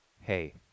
Hey